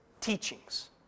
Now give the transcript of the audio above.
teachings